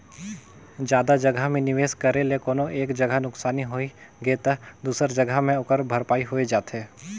जादा जगहा में निवेस करे ले कोनो एक जगहा नुकसानी होइ गे ता दूसर जगहा में ओकर भरपाई होए जाथे